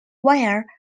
where